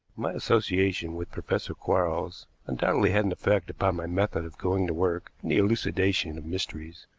my association with professor quarles undoubtedly had an effect upon my method of going to work in the elucidation of mysteries,